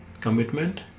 commitment